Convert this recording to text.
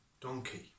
donkey